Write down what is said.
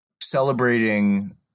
celebrating